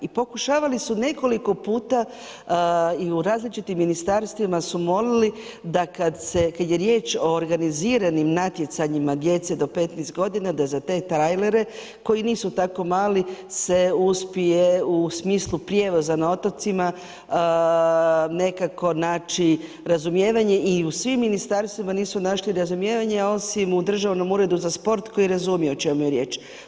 I pokušavali su nekoliko puta i u različitim ministarstvima su molili, da kada je riječ o organiziranim natjecanjima, djece do 15 g. da za te trajlere, koji nisu tako mali, se uspije, u smislu prijevoza na otocima, nekako naći razumijevanje i u svim ministarstvima nisu naći razumijevanje, osim u državnom uredu za sport koji razumije o čemu je riječ.